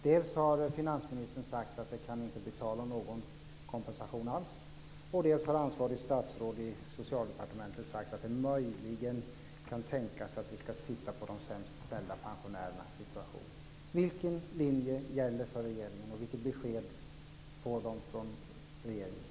Dels har finansministern sagt att det inte kan bli tal om någon kompensation alls, dels har ansvarigt statsråd i Socialdepartementet sagt att det möjligen kan tänkas att man ska titta på de sämst ställda pensionärernas situation. Vilken linje gäller för regeringen, och vilket besked får de från regeringen?